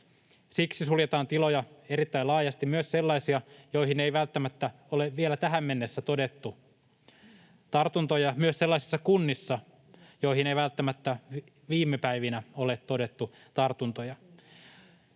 Siksi suljetaan tiloja erittäin laajasti, myös sellaisia, joissa ei välttämättä ole vielä tähän mennessä todettu tartuntoja, myös sellaisissa kunnissa, joissa ei välttämättä viime päivinä ole todettu tartuntoja.